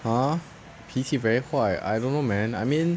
!huh! 脾气 very 坏 I don't know man I mean